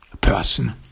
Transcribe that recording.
person